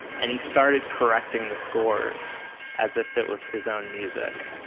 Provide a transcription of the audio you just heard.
and he started correcting the scores as if it was his own music.